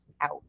out